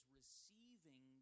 receiving